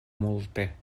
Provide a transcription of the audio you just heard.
multe